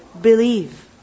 believe